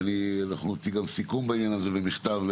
ואנחנו נוציא גם סיכום בעניין הזה ומכתב,